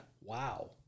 Wow